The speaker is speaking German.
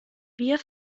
wir